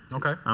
okay. um